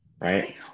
Right